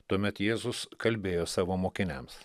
tuomet jėzus kalbėjo savo mokiniams